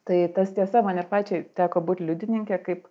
tai tas tiesa man ir pačiai teko būt liudininke kaip